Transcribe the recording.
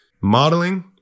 modeling